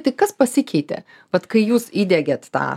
tai kas pasikeitė vat kai jūs įdiegėt tą